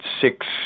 six